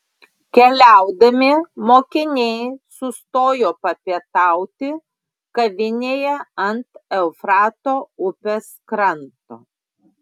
keliaudami mokiniai sustojo papietauti kavinėje ant eufrato upės kranto